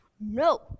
no